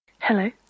Hello